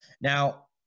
Now